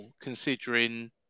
considering